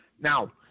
Now